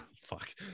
Fuck